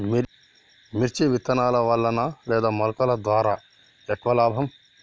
మిర్చి విత్తనాల వలన లేదా మొలకల ద్వారా ఎక్కువ లాభం?